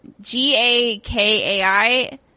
G-A-K-A-I